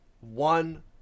one